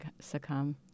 succumb